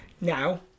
Now